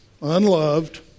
unloved